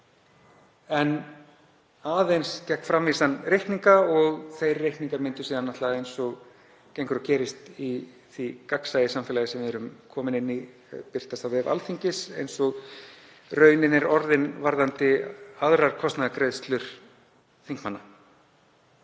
en aðeins gegn framvísun reikninga, og þeir reikningar myndu síðan, eins og gengur og gerist í því gagnsæisamfélagi sem við erum komin inn í, birtast á vef Alþingis, eins og raunin er orðin varðandi aðrar kostnaðargreiðslur þingmanna.